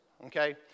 okay